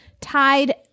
tied